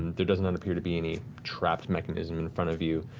there does not appear to be any trapped mechanism in front of you.